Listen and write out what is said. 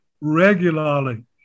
regularly